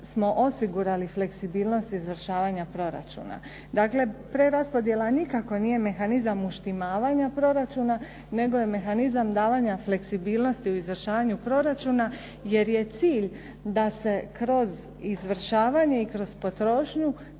smo osigurali fleksibilnost izvršavanja proračuna. Dakle, preraspodjela nikako nije mehanizam uštimavanja proračuna, nego je mehanizam davanja fleksibilnosti u izvršavanju proračuna jer je cilj da se kroz izvršavanje i kroz potrošnju